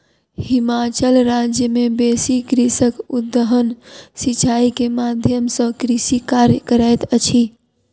हिमाचल राज्य मे बेसी कृषक उद्वहन सिचाई के माध्यम सॅ कृषि कार्य करैत अछि